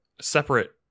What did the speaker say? separate